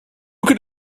could